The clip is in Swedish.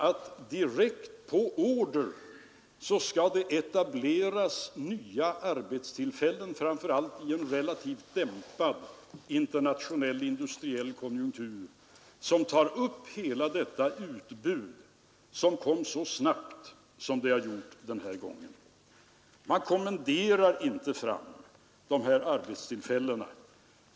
Att det rörde sig om ett missbruk var uppenbart, och jag hoppas att vi nu med riksdagens medverkan skall kunna sätta stopp för sådant. Detta var en av anledningarna till att vi fick denna felräkning.